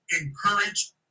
encourage